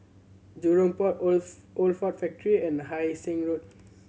Jurong Port Old Old Ford Factory and Hai Sing Road